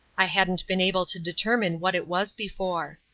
i hadn't been able to determine what it was before.